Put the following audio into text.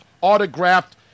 autographed